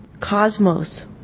cosmos